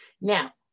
Now